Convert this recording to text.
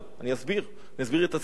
אני אסביר, אני אסביר את עצמי.